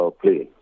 play